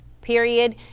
Period